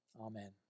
amen